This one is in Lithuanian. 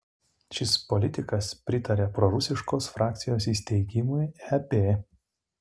šis politikas pritaria prorusiškos frakcijos įsteigimui ep